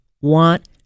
want